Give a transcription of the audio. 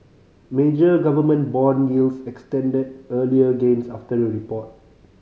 major government bond yields extended earlier gains after the report